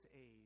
age